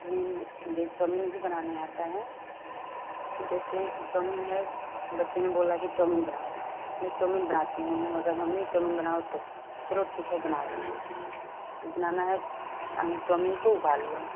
फिर जो चौमीन भी बनाने आता है जैसे की चौमीन है बच्चे ने बोला की चौमीन बनाओ मैं चौमीन बनाती हूँ अगर मम्मी चौमीन बनाओ तो चलो ठीक है बना दूंगी तो बनाना है चौमीन को उबाल लो